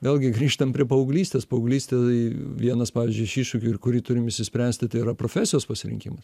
vėlgi grįžtam prie paauglystės paauglystėj kai vienas pavyzdžiui iš iššūkių ir kurį turim išsispręsti tai yra profesijos pasirinkimas